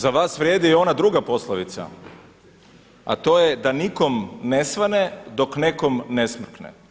Za vas vrijedi ona druga poslovica, a to je da nikom ne svane dok nekom ne smrkne.